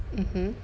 mmhmm